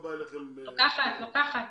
לוקחת.